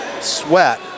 sweat